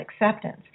acceptance